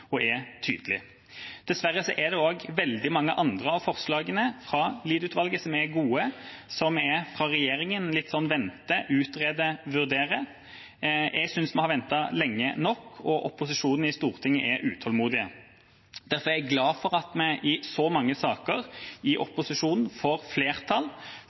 og er tydelig. Dessverre er det også veldig mange andre av forslagene fra Lied-utvalget som er gode, som regjeringa møter med litt sånn vente, utrede, vurdere. Jeg synes vi har ventet lenge nok, og opposisjonen i Stortinget er utålmodig. Derfor er jeg glad for at vi i opposisjonen får flertall for så mange saker,